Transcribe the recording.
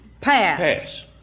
Pass